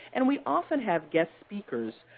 and we often have guest speakers.